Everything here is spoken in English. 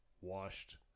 washed